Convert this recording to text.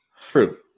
True